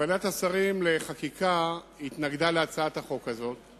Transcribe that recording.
ועדת השרים לחקיקה התנגדה להצעת החוק הזאת,